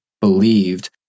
believed